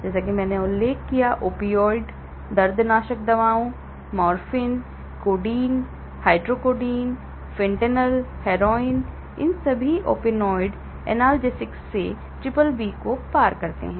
जैसा कि मैंने उल्लेख किया है opioid दर्दनाशक दवाओं morphine codeine hydrocodone fentanyl heroin इन सभी ओपियोइड एनाल्जेसिक्स वे BBB को पार करते हैं